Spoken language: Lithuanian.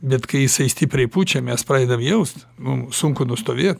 bet kai jisai stipriai pučia mes pradedam jaust mum sunku nustovėt